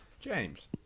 James